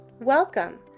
Welcome